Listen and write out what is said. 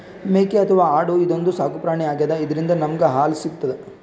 ಮೇಕೆ ಅಥವಾ ಆಡು ಇದೊಂದ್ ಸಾಕುಪ್ರಾಣಿ ಆಗ್ಯಾದ ಇದ್ರಿಂದ್ ನಮ್ಗ್ ಹಾಲ್ ಸಿಗ್ತದ್